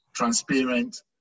transparent